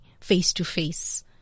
face-to-face